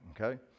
okay